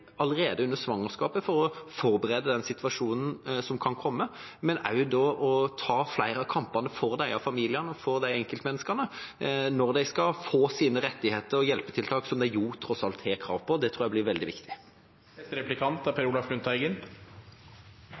allerede under svangerskapet for å forberede den situasjonen som kan komme, og også ta flere av kampene for disse familiene og disse enkeltmenneskene når de skal få sine rettigheter og hjelpetiltak, som de tross alt har krav på – tror jeg blir veldig